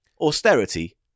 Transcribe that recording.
austerity